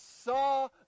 saw